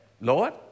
Lord